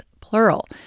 plural